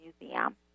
Museum